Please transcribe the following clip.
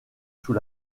sous